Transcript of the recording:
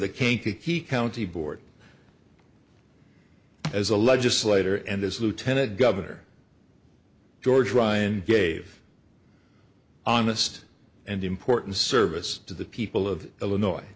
the kankakee county board as a legislator and as lieutenant governor george ryan gave honest and important service to the people of illinois